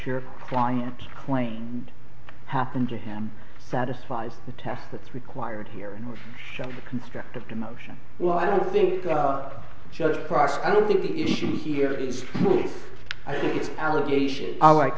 your client claims happened to him satisfies the test that's required here or constructive demotion well i don't think judge price i don't think the issue here is i think it's allegations are like